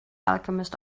alchemist